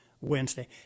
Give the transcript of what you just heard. Wednesday